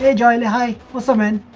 enjoying high was a man